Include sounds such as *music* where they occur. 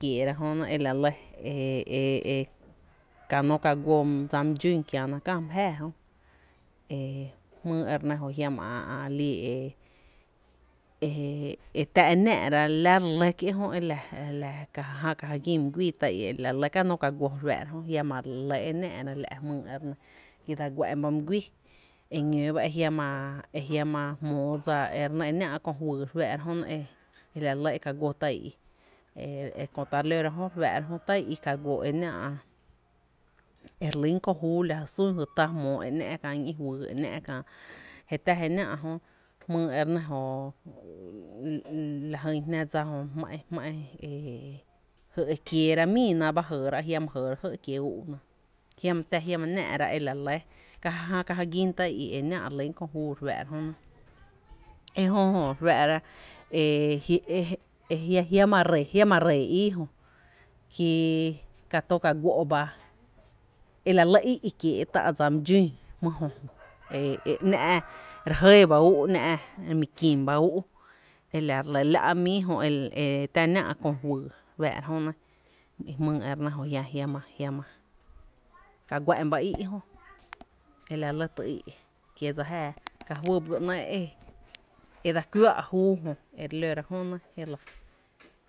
Jää e kieera jö nɇ e la lɇ ka nó ka guó tá’ dsa my dxún kiena mý jää jö e jmýý e re nɇ jö jiama ‘ä’ e *hesitation* e tⱥ e náá’ra la re lɇ jö e la *hesitation* e la ka ja já ka ja gín my guíí tá i i la re lɇ ka nó k aguó re fⱥⱥ’ra jönɇjiama re lɇ e náá’ra la’ e jmýý e re nɇ kí dsa guá’n ba my guíí eñoo ba e jiama *hesitation* jiama jmóó dsa e nɇ e náá’ kö fyy e la e ka guó tá’ i i e e köta re lóra jö re fⱥⱥ’ra tá’ i i ka guó e náá’ e re lýn kö júú la jy sún jy tá jmoo e ‘ná’ kä ñí’ fyy e ‘náá’ kää je tá je náá’ jmyy e re nɇ jö *hesitation* la jy jná dsa dsa jö jmá’n *hesitation* jmá’n jy ekieera mína ba jɇɇra jiama jɇɇra jy e kiee’ úú’na jiama tⱥ jiama nⱥⱥ’ra e la re lɇ ka ja já ka já gín tá’ i i e náá’ e re lýn köO júú re fⱥⱥ’ra jönɇ ejö jo re fⱥⱥ’ra e ji *hesitation* jiama ree, jiama ree íí jö ki ka tó ka guó’ ba e la lɇ í’ kiéé’ tá’ dsa my dxún jmy jö Jo *noise* e ná’ e re jɇɇ ba úú ná’ mi kin ba úú’ e la re lɇ re la’ m´+ií jö e ta náá’ kö fyy re fⱥⱥ’ra jönɇ i jmýý e re nɇ jö, jiama *hesitation* jiama, ka guá’n ba í’ jö e la lɇ ty i’ kie’ dsa jáaá, ka fy byga ‘néé’ e dsa kuⱥⱥ’ júú jö e re lora je lⱥ.